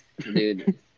Dude